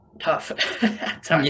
tough